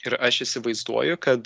ir aš įsivaizduoju kad